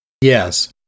Yes